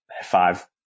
five